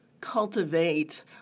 cultivate